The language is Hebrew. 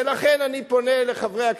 ולכן, אני פונה לחברי הכנסת,